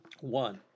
One